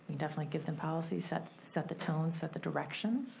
definitely get the policy set, set the tone, set the direction.